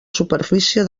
superfície